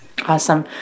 Awesome